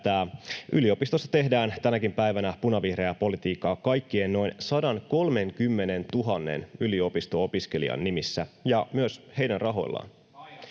yliopistossa tehdään tänäkin päivänä punavihreää politiikkaa kaikkien noin 130 000 yliopisto-opiskelijan nimissä ja myös heidän rahoillaan,